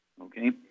okay